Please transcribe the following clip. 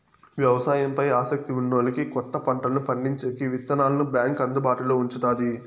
వ్యవసాయం పై ఆసక్తి ఉన్నోల్లకి కొత్త పంటలను పండించేకి విత్తనాలను బ్యాంకు అందుబాటులో ఉంచుతాది